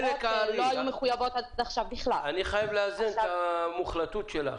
אני חייב לאזן את המוחלטות שלך.